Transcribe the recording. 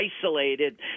isolated